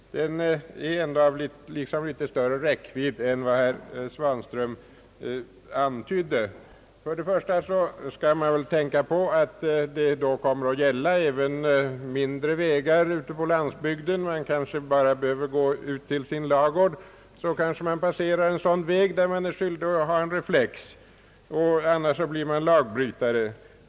Frågan har nog något större räckvidd än vad herr Svanström antydde. För det första skall man betänka att en lagbestämmelse i detta avseende kommer att gälla även mindre vägar ute på landsbygden. Den som bara går ut till sin ladugård kanske passerar en sådan väg, där han är skyldig att bära reflex, annars skulle han bli lagbrytare.